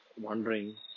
wondering